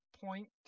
point